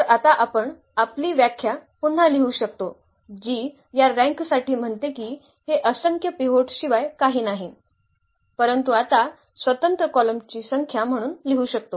तर आता आपण आपली व्याख्या पुन्हा लिहू शकतो जी या रँक साठी म्हणते की हे असंख्य पिव्होट शिवाय काही नाही परंतु आता स्वतंत्र कॉलम ची संख्या म्हणून लिहू शकतो